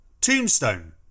Tombstone